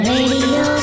Radio